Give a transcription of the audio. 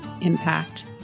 impact